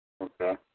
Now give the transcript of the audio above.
Okay